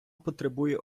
потребує